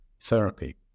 therapy